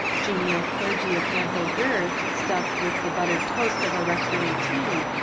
genial clergy of ample girth, stuffed with the buttered toast of a rec tory tea,